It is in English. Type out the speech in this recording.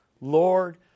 Lord